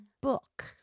book